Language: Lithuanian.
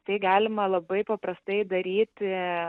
tai galima labai paprastai daryti